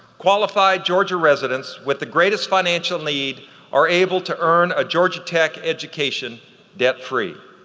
qualified georgia residents with the greatest financial need are able to earn a georgia tech education debt-free.